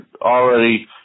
already